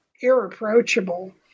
irreproachable